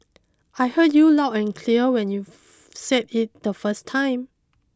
I heard you loud and clear when you said it the first time